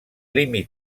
límit